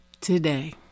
today